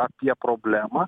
apie problemą